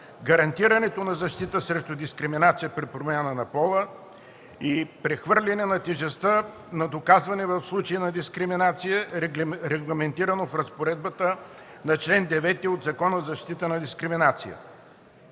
гарантирането на защитата срещу дискриминация при промяна на пола, и - прехвърлянето на тежестта на доказване в случаи на дискриминация, регламентирано в разпоредбата на чл. 9 от Закона за защита от дискриминация.